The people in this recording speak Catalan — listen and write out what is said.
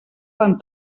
van